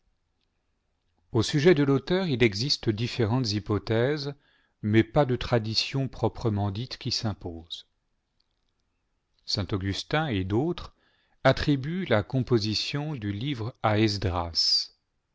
au sujet de l'auteur il existe différentes hypothèses mais pas de tradition proprement dite qui s'impose saint augustin v l l'autres attribuent la composition du livre à